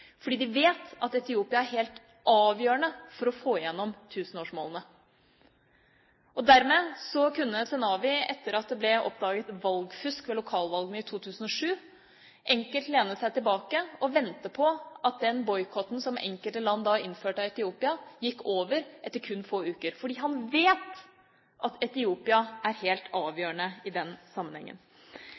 fordi de vet at Etiopia er helt avgjørende for å få gjennom tusenårsmålene. Dermed kunne Zenawi, etter at det ble oppdaget valgfusk ved lokalvalgene i 2007, enkelt lene seg tilbake og vente på at den boikotten som enkelte land innførte overfor Etiopia, gikk over etter kun få uker, fordi han vet at Etiopia er helt avgjørende i denne sammenhengen.